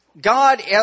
God